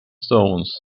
stones